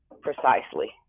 Precisely